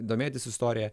domėtis istorija